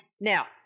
now